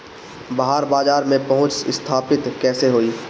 बाहर बाजार में पहुंच स्थापित कैसे होई?